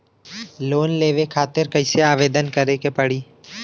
Loan लेवे खातिर कइसे आवेदन करें के पड़ी?